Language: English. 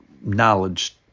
knowledge